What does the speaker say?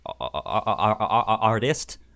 artist